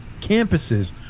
campuses